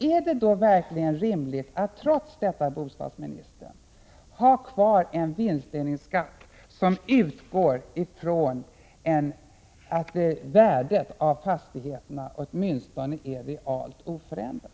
Är det då verkligen rimligt att trots detta, bostadsministern, ha kvar en vinstdelningsskatt som utgår från att värdet av fastigheterna åtminstone är realt oförändrat?